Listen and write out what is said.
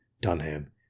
Dunham